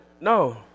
no